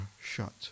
shut